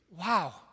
Wow